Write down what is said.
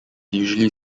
usually